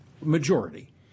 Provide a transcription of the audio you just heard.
majority